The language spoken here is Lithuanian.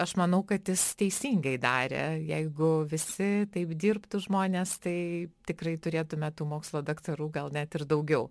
aš manau kad jis teisingai darė jeigu visi taip dirbtų žmonės tai tikrai turėtume tų mokslo daktarų gal net ir daugiau